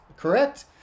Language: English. Correct